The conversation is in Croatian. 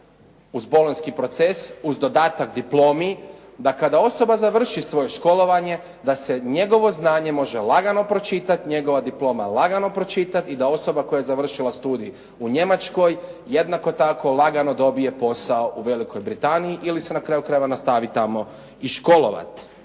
uz bolonjski proces, uz dodatak diplomi, da kada osoba završi svoje školovanje da se njegovo znanje može lagano pročitati, njegova diploma lagano pročitati i da osoba koja je završila studij u njemačkoj, jednako tako lagano dobije posao u Velikoj Britaniji ili se na kraju krajeva nastavi tamo i školovati.